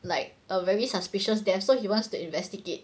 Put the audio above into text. like a very suspicious death so he wants to investigate